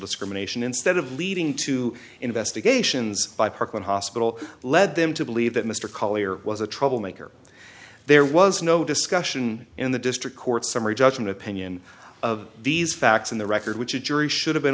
discrimination instead of leading to investigations by parkland hospital led them to believe that mr collyer was a troublemaker there was no discussion in the district court summary judgement opinion of these facts in the record which a jury should have been